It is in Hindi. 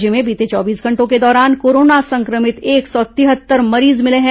राज्य में बीते चौबीस घटों के दौरान कोरोना संक्रमित एक सौ तिहत्तर मरीज मिले हैं